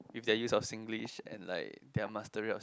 with the use of Singlish and like their mastery of Singlish